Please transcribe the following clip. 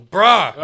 Bruh